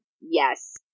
yes